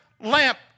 lamp